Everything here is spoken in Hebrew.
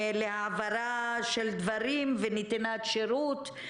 להעברה של דברים ונתינת שירות.